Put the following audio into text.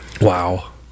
Wow